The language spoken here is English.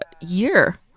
year